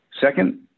Second